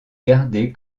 garder